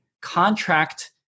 contract